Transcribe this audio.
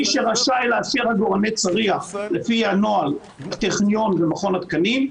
מי שרשאי לבדיקות עגורני צריח על-פי הנוהל זה הטכניון ומכון התקנים.